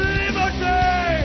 liberty